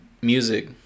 music